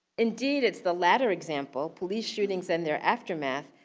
indeed, it's the latter example, police shootings and their aftermath,